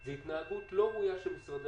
זו התנהגות לא ראויה של משרדי